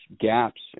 gaps